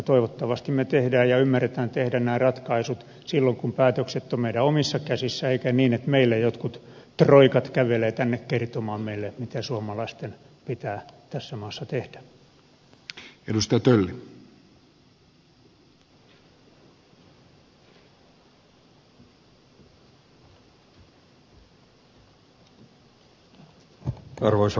toivottavasti me teemme ja ymmärrämme tehdä nämä ratkaisut silloin kun päätökset ovat meidän omissa käsissämme eikä niin että meille jotkut troikat kävelevät tänne kertomaan meille mitä suomalaisten pitää tässä maassa tehdä